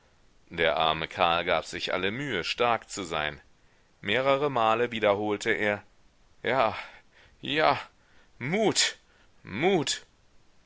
der arme karl gab sich alle mühe stark zu sein mehrere male wiederholte er ja ja mut mut